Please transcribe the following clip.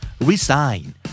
resign